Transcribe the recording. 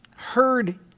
heard